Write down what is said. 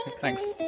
thanks